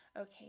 okay